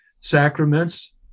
sacraments